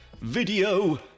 video